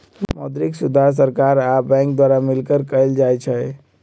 मौद्रिक सुधार सरकार आ बैंक द्वारा मिलकऽ कएल जाइ छइ